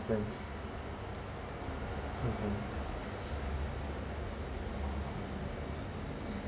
friends